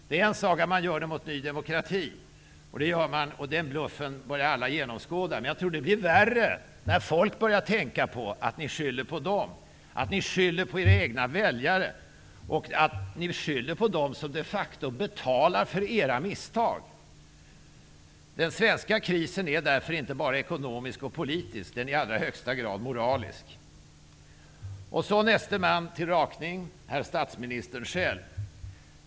Det är en sak om man gör det mot Ny demokrati -- den bluffen börjar alla genomskåda -- men jag tror att det blir värre när folk börjar tänka på att ni skyller på dem, på era egna väljare, på dem som de facto betalar för era misstag. Den svenska krisen är därför inte bara ekonomisk och politisk, utan den är också i allra högsta grad moralisk. Näste man till rakning är herr statsministern själv.